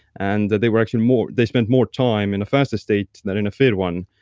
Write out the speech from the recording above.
and they were actually more they spent more time in a fasting state then in a fed one.